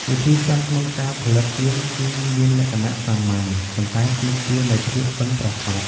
វិធីសាស្រ្តក្នុងការផលិតទៀនគឺមានលក្ខណៈសាមញ្ញ ប៉ុន្តែទាមទារនូវភាពប៉ិនប្រសប់។